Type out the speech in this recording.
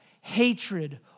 hatred